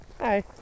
Hi